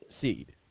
seed